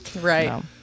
right